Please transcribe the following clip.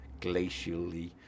glacially